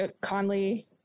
Conley